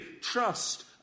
trust